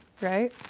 right